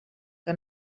que